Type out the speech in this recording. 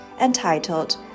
entitled